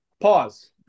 Pause